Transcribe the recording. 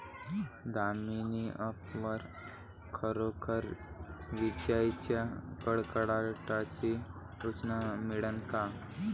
Damini app वर खरोखर विजाइच्या कडकडाटाची सूचना मिळन का?